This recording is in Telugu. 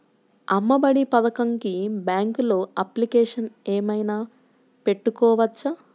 అమ్మ ఒడి పథకంకి బ్యాంకులో అప్లికేషన్ ఏమైనా పెట్టుకోవచ్చా?